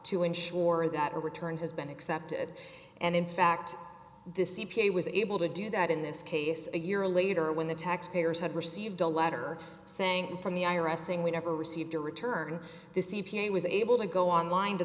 to ensure that your return has been accepted and in fact this c p a was able to do that in this case a year later when the taxpayers had received a letter saying from the i r s saying we never received a return the c p a was able to go online to